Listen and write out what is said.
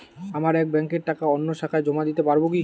আমার এক ব্যাঙ্কের টাকা অন্য শাখায় জমা দিতে পারব কি?